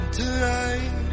tonight